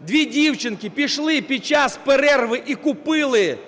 дві дівчинки пішли під час перерви і купили